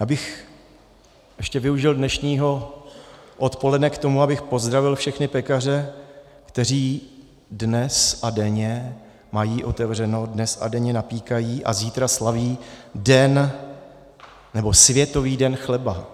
Já bych ještě využil dnešního odpoledne k tomu, abych pozdravil všechny pekaře, kteří dnes a denně mají otevřeno, dnes a denně napékají a zítra slaví Světový den chleba.